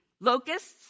locusts